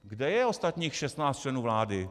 Kde je ostatních 16 členů vlády?